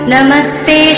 Namaste